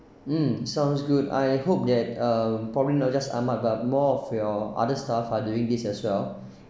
mm sounds good I hope that uh probably not just Ahmad but more of your other staff are doing this as well